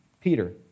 Peter